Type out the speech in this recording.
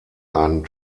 einen